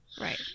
Right